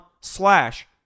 slash